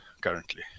currently